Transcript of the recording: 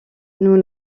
nous